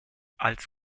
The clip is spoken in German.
als